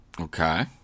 Okay